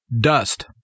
dust